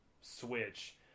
Switch